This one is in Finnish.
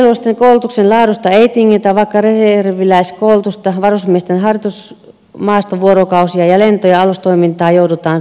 asevelvollisten koulutuksen laadusta ei tingitä vaikka reserviläiskoulutusta varusmiesten harjoitusmaastovuorokausia ja lento ja alustoimintaa joudutaan supistamaan